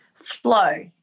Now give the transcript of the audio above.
flow